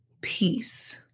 peace